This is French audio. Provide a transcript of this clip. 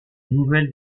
nouvelle